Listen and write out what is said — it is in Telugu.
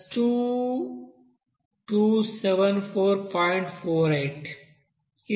48